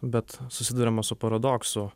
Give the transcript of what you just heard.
bet susiduriama su paradoksu